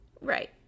Right